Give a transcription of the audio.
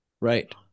Right